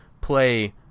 play